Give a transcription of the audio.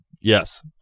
Yes